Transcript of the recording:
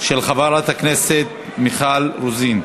של חברת הכנסת מיכל רוזין,